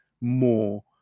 more